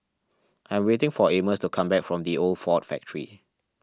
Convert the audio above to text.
I am waiting for Amos to come back from the Old Ford Factor